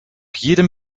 jedem